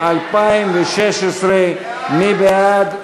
מי בעד?